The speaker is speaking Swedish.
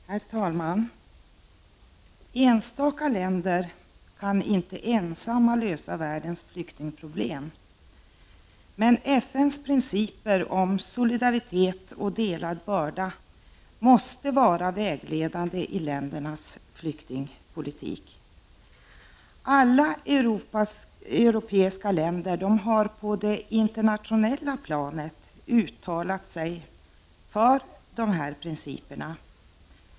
Herr talman! Enstaka länder kan inte ensamma lösa världens flyktingproblem. Men FN:s principer om solidaritet och delad börda måste vara vägledande i ländernas flyktingpolitik. Alla europeiska länder har på det internationella planet uttalat sig för dessa principer.